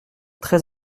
très